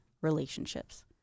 relationships